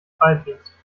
beibringst